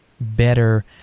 better